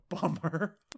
bummer